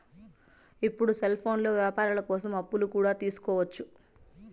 ఇప్పుడు సెల్ఫోన్లో వ్యాపారాల కోసం అప్పులు కూడా తీసుకోవచ్చు